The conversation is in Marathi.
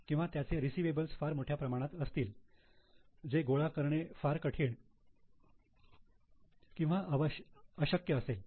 किंवा त्यांचे रिसिवेबल्स फार मोठ्या प्रमाणात असतील जे गोळा करणे फार कठीण किंवा अशक्य असेल